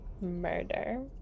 Murder